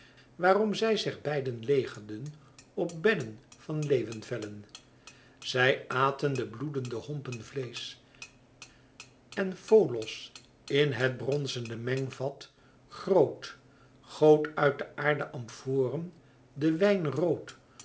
waarom zij zich beiden legerden op bedden van leeuwenvellen zij aten de bloedende hompen vleesch en folos in het bronzene mengvat groot goot uit de aarden amforen den wijn rood